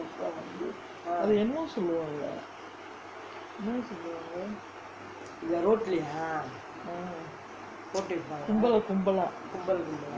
அது என்னமோ சொல்வாங்கே என்னா சொல்வாங்கே:athu ennammo solvaangae enna solvaangae ah கும்பல் கும்பலா:kumbal kumbalaa